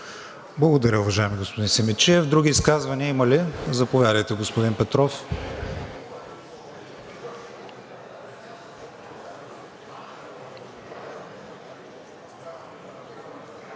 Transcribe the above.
Благодаря, уважаеми господин Симидчиев. Други изказвания има ли? Заповядайте, господин Петров.